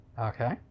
Okay